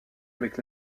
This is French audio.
avec